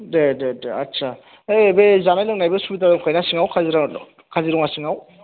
दे दे दे आथसा ओइ बे जानाय लोंनायबो सुबिदा दंखायो ना सिङाव काजिर'ङा काजिर'ङा सिङाव